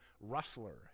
Rustler